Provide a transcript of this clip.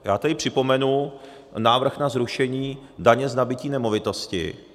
Já tady připomenu návrh na zrušení daně z nabytí nemovitosti.